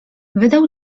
wydał